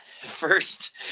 first